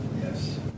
Yes